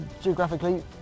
geographically